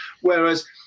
Whereas